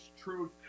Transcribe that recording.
truth